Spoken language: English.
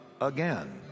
again